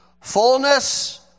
fullness